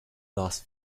last